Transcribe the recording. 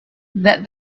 that